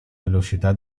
velocità